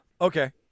okay